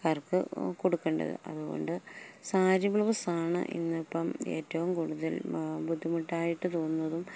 അവർക്ക് കൊടുക്കേണ്ടത് അതുകൊണ്ട് സാരി ബ്ലൗസാണ് ഇന്നിപ്പം ഏറ്റവും കൂടുതൽ ബുദ്ധിമുട്ടായിട്ട് തോന്നുന്നതും